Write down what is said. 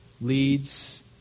leads